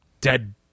dead